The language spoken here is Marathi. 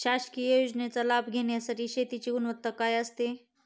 शासकीय योजनेचा फायदा घेण्यासाठी शेतीची गुणवत्ता काय असते?